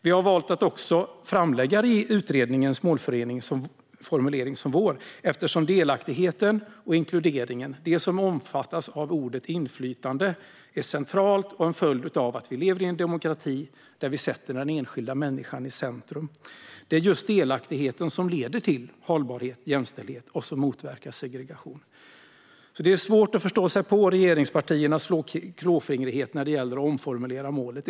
Vi har också valt att framlägga utredningens målformulering som vår, eftersom delaktigheten och inkluderingen - det som omfattas av ordet "inflytande" - är centralt och en följd av att vi lever i en demokrati där vi sätter den enskilda människan i centrum. Det är just delaktigheten som leder till hållbarhet och jämställdhet och som motverkar segregation. Det är därför svårt att förstå sig på regeringspartiernas klåfingrighet när det gäller att omformulera målet.